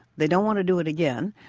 they don't want to do it again,